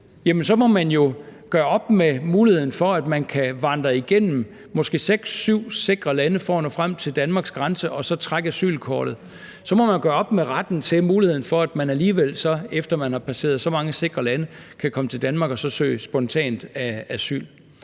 så må man jo gøre op med muligheden for, at man kan vandre igennem måske 6-7 sikre lande for at nå frem til Danmarks grænse og så trække asylkortet. Så må man gøre op med retten til og muligheden for, at man alligevel, efter man har passeret så mange sikre lande, kan komme til Danmark og spontant søge asyl.